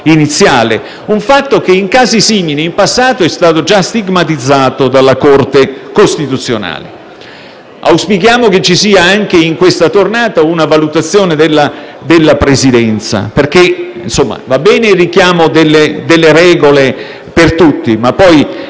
un fatto che, in casi simili, in passato, è stato già stigmatizzato dalla Corte costituzionale. Auspichiamo che ci sia anche in questa tornata una valutazione della Presidenza, perché va bene il richiamo alle regole per tutti, ma poi,